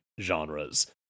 genres